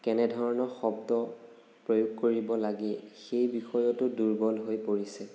কেনেধৰণৰ শব্দ প্ৰয়োগ কৰিব লাগে সেই বিষয়তো দূৰ্বল হৈ পৰিছে